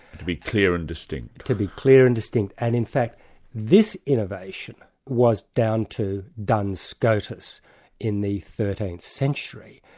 to be clear and distinct. to be clear and distinct, and in fact this innovation was down to duns scotus in the thirteenth century,